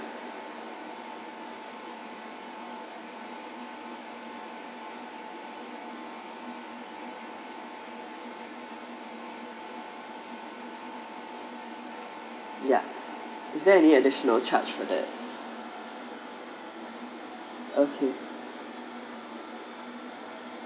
ya is there any additional charge for that okay